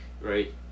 right